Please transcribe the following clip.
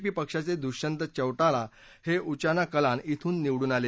P पक्षाचे दुष्यंत चौटाला हे उचाना कलान ध्रुन निवडुण आले